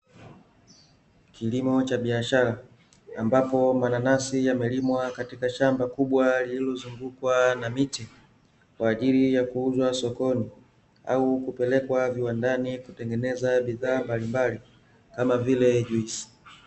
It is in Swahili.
Kilimo cha biashara ambapo mananasi yamelimwa katika shamba kubwa lililozungukwa na miti kwa ajili ya kuuzwa sokoni au kupelekwa viwandani kutengeneza bidhaa mbalimbali kama vile juisi.